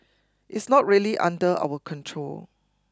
it's not really under our control